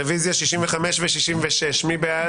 רביזיה על 53. מי בעד?